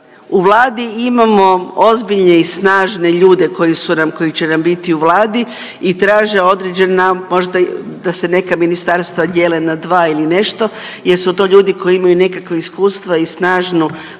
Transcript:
u Vladi imamo ozbiljne i snažne ljude koji su nam, koji će nam biti u Vladi i traže određena, možda da se neka ministarstva dijele na dva ili nešto jer su to ljudi koji imaju nekakva iskustva i snažnu